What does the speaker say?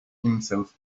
himself